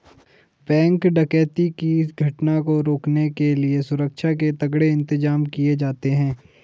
bank डकैती की घटना को रोकने के लिए सुरक्षा के तगड़े इंतजाम किए जाते हैं